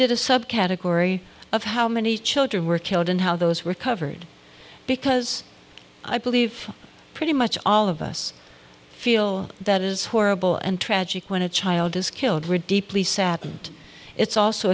did a subcategory of how many children were killed and how those were covered because i believe pretty much all of us feel that it is horrible and tragic when a child is killed we're deeply saddened it's also